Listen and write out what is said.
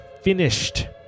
Finished